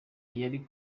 yarari